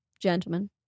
gentlemen